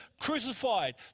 crucified